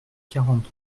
quarante